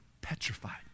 petrified